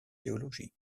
théologie